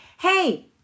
hey